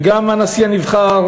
וגם הנשיא הנבחר,